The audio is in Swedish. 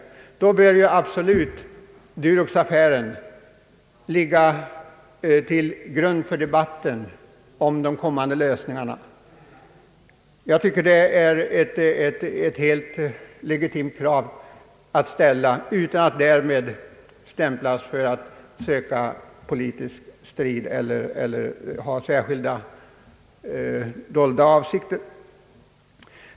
Då bör Duroxaffären absolut ligga till grund för debatten om de kommande lösningarna. Jag tycker att det är ett helt legitimt krav som man kan ställa utan att man därmed behöver stämplas för att söka politisk strid eller för att ha särskilda dolda avsikter.